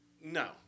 No